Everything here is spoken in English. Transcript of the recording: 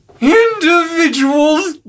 Individuals